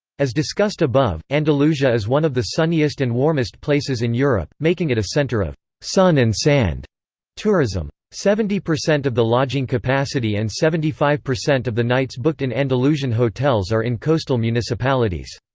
as discussed above, andalusia is one of the sunniest and warmest places in europe, making it a center of sun and sand tourism. seventy percent of the lodging capacity and seventy five percent of the nights booked in andalusian hotels are in coastal municipalities.